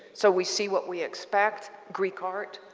so we see what we expect. greek art,